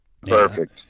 Perfect